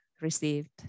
received